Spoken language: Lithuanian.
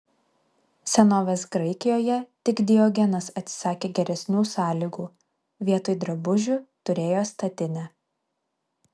senovės graikijoje tik diogenas atsisakė geresnių sąlygų vietoj drabužių turėjo statinę